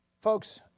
Folks